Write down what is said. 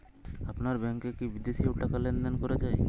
আপনার ব্যাংকে কী বিদেশিও টাকা লেনদেন করা যায়?